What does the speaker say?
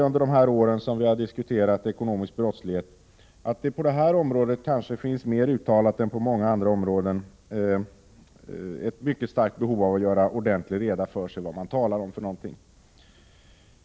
Under de år som vi diskuterat ekonomisk brottslighet har det ofta slagit mig att det på detta område kanske mer än på andra områden finns ett starkt uttalat behov av att ordentligt göra reda för sig vad man talar om.